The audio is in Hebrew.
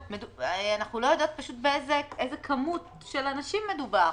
אנחנו לא יודעות באיזה מספר אנשים מדובר.